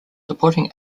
supporting